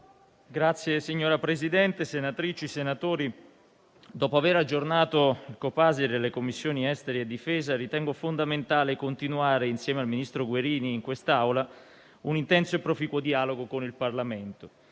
Signora Presidente, senatrici e senatori, dopo aver aggiornato il Copasir e le Commissioni esteri e difesa, ritengo fondamentale continuare insieme al ministro Guerini in quest'Aula un intenso e proficuo dialogo con il Parlamento.